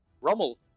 Rommel